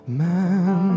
man